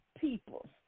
people